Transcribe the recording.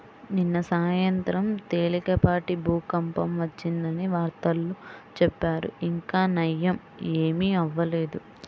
నిన్న సాయంత్రం తేలికపాటి భూకంపం వచ్చిందని వార్తల్లో చెప్పారు, ఇంకా నయ్యం ఏమీ అవ్వలేదు